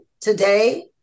today